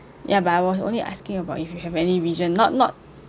ya but I was only asking about if you have any vision not not